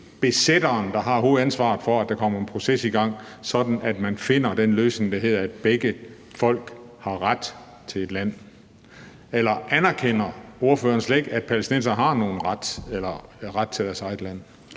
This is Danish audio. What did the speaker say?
besætteren, der har hovedansvaret for, at der kommer en proces i gang, sådan at man finder den løsning, der handler om, at begge folk har ret til et land? Eller anerkender ordføreren slet ikke, at palæstinenserne har nogen ret til deres eget land?